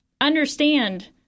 understand